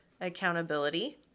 accountability